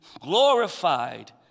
glorified